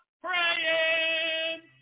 praying